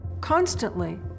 constantly